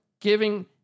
giving